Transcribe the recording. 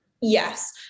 Yes